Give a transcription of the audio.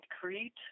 Crete